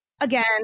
again